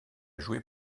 joué